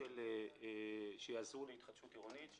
תיקונים שיעזרו להתחדשות עירונית.